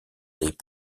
des